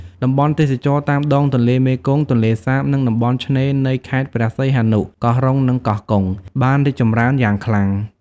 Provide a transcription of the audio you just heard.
តំបន់ទេសចរណ៍តាមដងទន្លេមេគង្គ ទន្លេសាប និងតំបន់ឆ្នេរនៃខេត្តព្រះសីហនុ កោះរ៉ុង និងកោះកុង បានរីកចម្រើនយ៉ាងខ្លាំង។